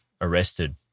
arrested